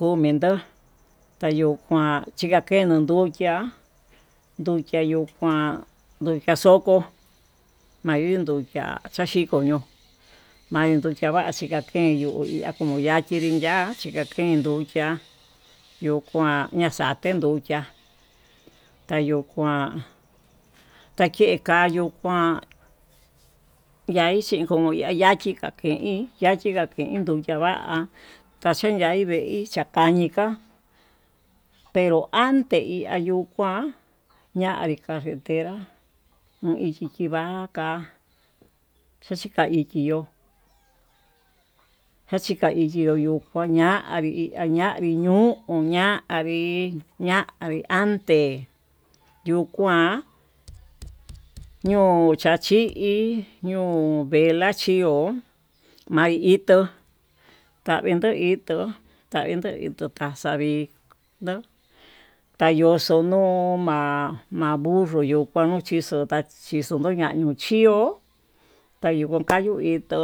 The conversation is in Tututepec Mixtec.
Monindo tayuu kiuan chikakenu nduchiá, nduchia yuu kuan ndukanxoko manguedukia chikoña mayuu hikavachi kaken chuu ihá komo yakinri yi'a chiká, kendukia yuu kia yukuan naxakendukiá tayuu kuan take'a kayuu kuan ya ichi chikon ya'a yachi kokein yachingakein yuchava'a yacheí ya'í veí chaka'a ñiká pero ante iha yuu kuan ñavii carretera ña'a in ichi chivaka chachika iki yo'ó yachika ichi yokuu ñanrí ñanri ñu'u ñanrí, ñanrí ante yuu kuan ño'o chachi'í ño'ó ña'a velá ihó maí itó tavii ndo itó vavii ndo itó taxavii ndo, tayoxo yuu ma'a ma'a burro tutano xhitó chí xunduu ña'a ñuu chió tayuu kun kayuu itó,